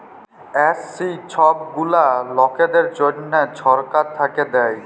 SC ছব গুলা লকদের জ্যনহে ছরকার থ্যাইকে দেয়